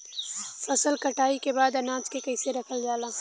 फसल कटाई के बाद अनाज के कईसे रखल जाला?